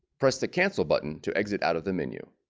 press the cancel button to exit out of the menu